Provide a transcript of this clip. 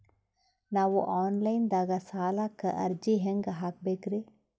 ನಾವು online ದಾಗ ಸಾಲಕ್ಕ ಅರ್ಜಿ ಹೆಂಗ ಹಾಕಬೇಕ್ರಿ?